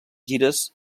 gires